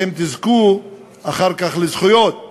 אתם תזכו אחר כך לזכויות אזרחיות.